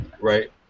Right